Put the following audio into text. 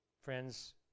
Friends